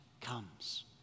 comes